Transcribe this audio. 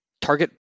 target